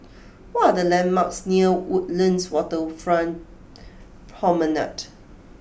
what are the landmarks near Woodlands Waterfront Promenade